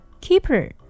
Keeper